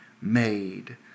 made